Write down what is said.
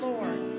Lord